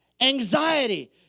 Anxiety